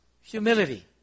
humility